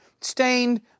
stained